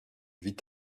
vit